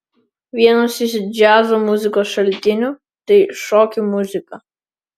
vienas iš džiazo muzikos šaltinių tai šokių muzika